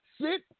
Sit